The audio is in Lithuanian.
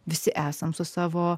visi esam su savo